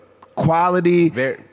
Quality